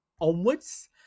onwards